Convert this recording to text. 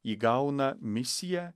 įgauna misiją